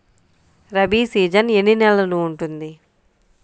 Rabi season ఎన్ని నెలలు ఉంటుంది?